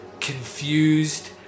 confused